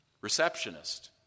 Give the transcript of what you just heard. receptionist